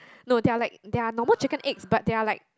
no they are like they are normal chicken eggs they are like